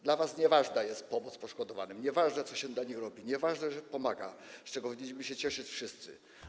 Dla was nieważna jest pomoc poszkodowanym, nieważne jest, co się dla nich robi, nieważne, że się pomaga - z czego winniśmy się cieszyć wszyscy.